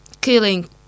killing